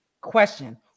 Question